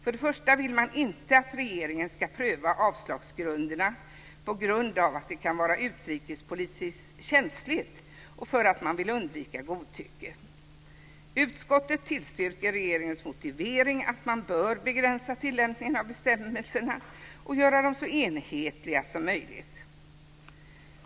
För det första vill man inte att regeringen ska pröva avslagsgrunderna på grund av att det kan vara utrikespolitiskt känsligt och för att man vill undvika godtycke. Utskottet tillstyrker regeringens motivering att man bör begränsa tillämpningen av bestämmelserna och göra dem så enhetliga som möjligt.